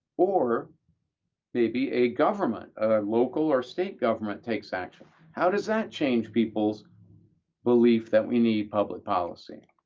or maybe a government, a local or state government takes action. how does that change people's belief that we need public policy?